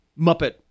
Muppet